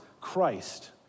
Christ